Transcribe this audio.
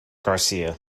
garcia